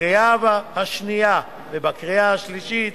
בקריאה שנייה ובקריאה שלישית